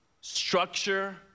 structure